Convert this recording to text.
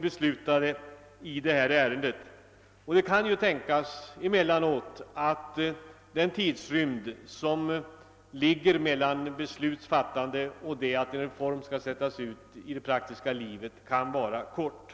Det kan ibland tänkas att tidsrymden mellan fattandet av ett beslut och den dag då en reform skall föras ut i det praktiska livet blir väl kort.